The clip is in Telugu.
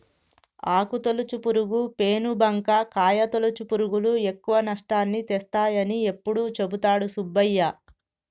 ఆకు తొలుచు పురుగు, పేను బంక, కాయ తొలుచు పురుగులు ఎక్కువ నష్టాన్ని తెస్తాయని ఎప్పుడు చెపుతాడు సుబ్బయ్య